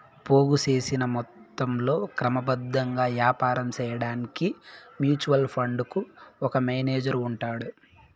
పోగు సేసిన మొత్తంలో క్రమబద్ధంగా యాపారం సేయడాన్కి మ్యూచువల్ ఫండుకు ఒక మేనేజరు ఉంటాడు